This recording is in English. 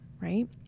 Right